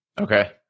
Okay